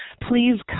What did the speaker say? please